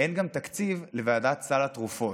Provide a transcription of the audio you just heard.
אין גם תקציב לוועדת סל התרופות.